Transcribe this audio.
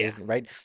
right